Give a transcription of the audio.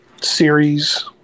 series